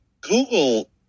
Google